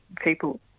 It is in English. people